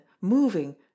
moving